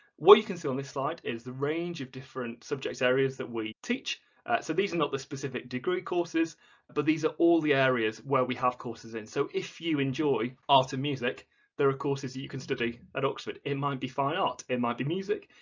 what you can see on this slide is the range of different subject areas that we teach so these are not the specific degree courses but these are all the areas where we have courses in, so if you enjoy art and music there are courses you you can study at oxford it might be fine art, it might be music,